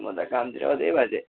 म त कामतिर थिएँ बाजे